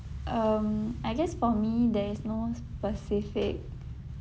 um I guess for me there is no specific